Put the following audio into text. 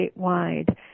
statewide